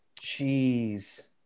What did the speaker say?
Jeez